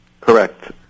correct